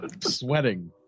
Sweating